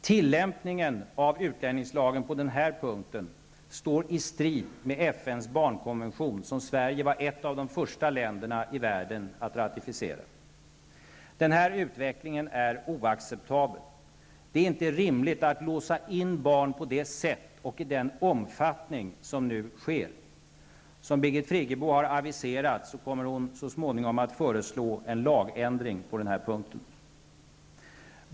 Tillämpningen av utlänningslagen på den här punkten står i strid med FNs barnkonvention, som Sverige var ett av de första länderna i världen att ratificera. Denna utveckling är oacceptabel. Det är inte rimligt att låsa in barn på det sätt och i den omfattning som nu sker. Som Birgit Friggebo har aviserat kommer hon så småningom att föreslås en lagändring på denna punkt.